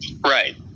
Right